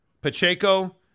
Pacheco